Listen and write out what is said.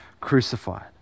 crucified